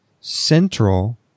central